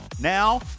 now